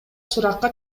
суракка